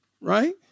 right